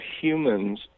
humans